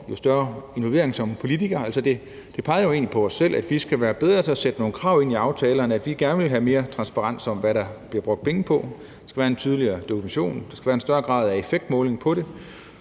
en større involvering som politiker. Altså, det peger jo egentlig på os selv: Vi skal være bedre til at sætte nogle krav ind i aftalerne om, at vi gerne vil have mere transparens i, hvad der bliver brugt penge på, at vi gerne vil have en tydeligere dokumentation, at der skal være en større grad af effektmåling på det,